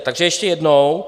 Takže ještě jednou.